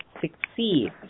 Succeed